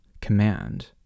command